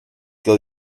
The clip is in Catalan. que